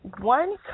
one